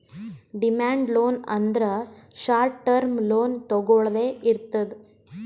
demand loan ಅಂದ್ರ short term loan ತೊಗೊಳ್ದೆ ಇರ್ತದ್